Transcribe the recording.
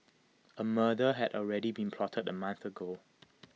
A murder had already been plotted A month ago